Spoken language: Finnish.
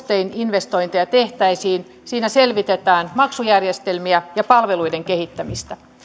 perustein investointeja tehtäisiin siinä selvitetään maksujärjestelmiä ja palveluiden kehittämistä